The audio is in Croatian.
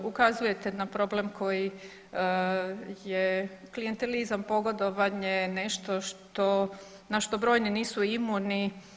Ukazujte na problem koji je klijentelizam, pogodovanje je nešto na što brojni nisu imuni.